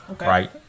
Right